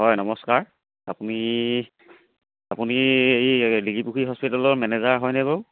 হয় নমস্কাৰ আপুনি আপুনি এই লিগিৰীপুখুৰী হস্পিটেলৰ মেনেজাৰ হয়নে বাৰু